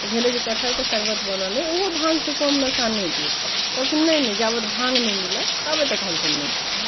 तऽ भेलै जे कटहरके शरबत बनल अछि ओहो भाँङ्ग से कम नशा नहि दैत कहलखिन नहि नहि जाबे तक भाँङ्ग नहि मिलत ताबे तक हम सभ नहि खायब